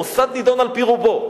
מוסד נידון על-פי רובו,